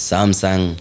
Samsung